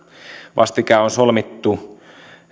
vastikään on solmittu